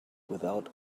without